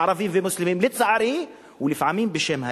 ערבים ומוסלמים, לצערי, ולפעמים בשם האסלאם.